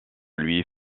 louis